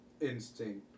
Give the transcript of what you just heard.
instinct